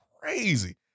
crazy